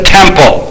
temple